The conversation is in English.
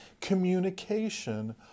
communication